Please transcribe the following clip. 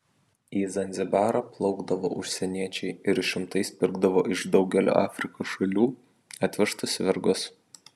į zanzibarą plaukdavo užsieniečiai ir šimtais pirkdavo iš daugelio afrikos šalių atvežtus vergus